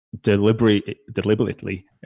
deliberately